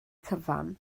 cyfan